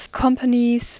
companies